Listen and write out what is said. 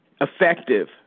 effective